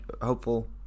hopeful